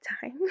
time